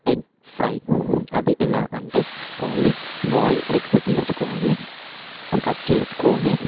egg fry అది ఎలా అంటే ఓన్లీ బాయిల్ ఎగ్స్ తీసుకొని కట్ చేసుకొని